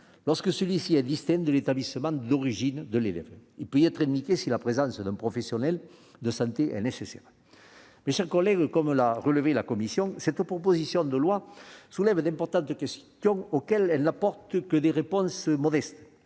lorsque celui-ci est distinct de l'établissement d'origine de l'élève. Il peut y être indiqué si la présence d'un professionnel de santé est nécessaire. Mes chers collègues, comme l'a relevé la commission, cette proposition de loi soulève d'importantes questions, auxquelles elle n'apporte que des réponses modestes.